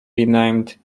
renamed